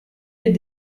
les